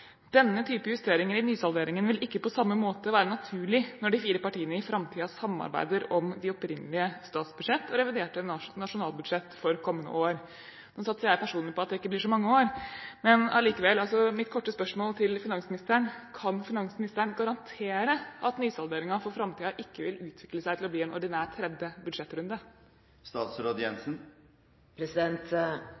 denne nysalderingen har vært en litt ukomfortabel øvelse for samarbeidspartiene til regjeringen her i Stortinget, Venstre og Kristelig Folkeparti. I hvert fall bærer pressemeldingen om forliket preg av det, for der kan man lese: «Denne type justeringer i nysalderingen vil ikke på samme måte være naturlig når de fire partiene i fremtiden samarbeider om de opprinnelige statsbudsjett og reviderte nasjonalbudsjett for kommende år.» Nå satser jeg personlig på at det ikke blir så mange år, men likevel, mitt korte spørsmål